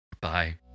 Bye